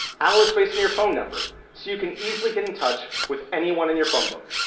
allo is based on your phone number so you can easily get in touch with anyone in your phone book.